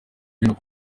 ibintu